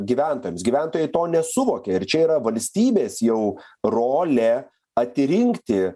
gyventojams gyventojai to nesuvokė ir čia yra valstybės jau rolė atrinkti